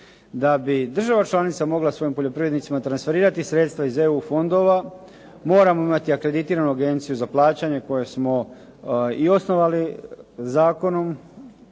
Da bi država članica moga svojim poljoprivrednicama transferirati sredstva iz EU fondova moramo imamo akreditiranu agenciju za plaćanje koju smo i osnovali zakonom.